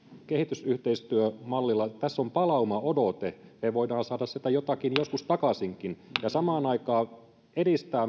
kehitysyhteistyömallilla tässä on palaumaodote me voimme saada sieltä jotakin joskus takaisinkin ja samaan aikaan edistää